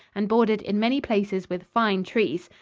and bordered in many places with fine trees.